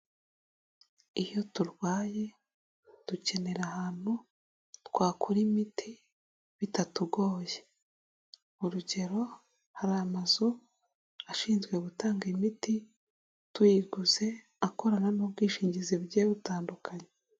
Iyo turwaye dukenera ahantu twakura imiti bitatugoye, urugero hari amazu ashinzwe gutanga imiti tuyiguze akorana n'ubwishingizi bugiye butandukanye.